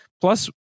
Plus